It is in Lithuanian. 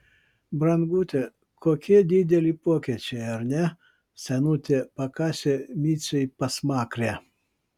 brangute kokie dideli pokyčiai ar ne senutė pakasė micei pasmakrę